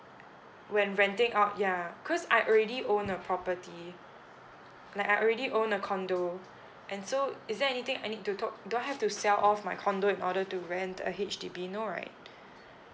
when renting out ya cause I already own a property like I already own a condo and so is there anything I need to talk do I have to sell off my condo in order to rent a H_D_B no right